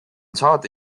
saada